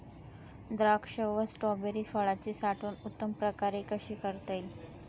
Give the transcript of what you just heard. द्राक्ष व स्ट्रॉबेरी फळाची साठवण उत्तम प्रकारे कशी करता येईल?